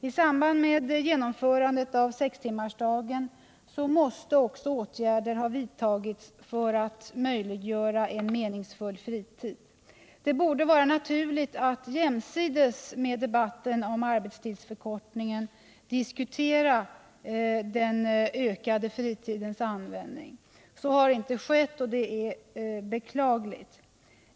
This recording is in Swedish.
I samband med genomförandet av sextimmarsdagen måste också åtgärder ha vidtagits för att möjliggöra en meningsfull fritid. Det borde vara naturligt att jämsides med debatten om arbetstidsförkortningen diskutera den ökade fritidens användning. Så har inte skett, och det är beklagligt.